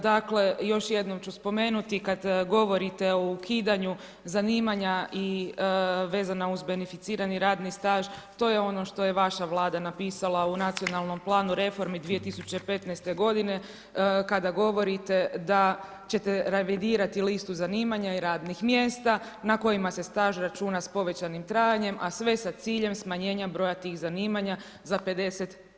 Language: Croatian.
Dakle još jednom ću spomenuti, dakle kada govorite o ukidanju zanimanja i vezana uz beneficirani radni staž to je ono što je vaša vlada napisala u nacionalnom planu reformi 2015. godine kada govorite da ćete „revidirati listu zanimanja i radnih mjesta na kojima se staž računa s povećanim trajanjem, a sve sa ciljem smanjenja broja tih zanimanja za 50%